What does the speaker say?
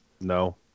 No